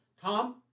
Tom